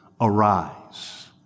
Arise